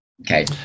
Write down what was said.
Okay